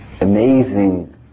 amazing